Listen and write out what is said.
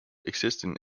existing